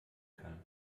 kann